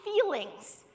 feelings